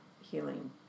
healing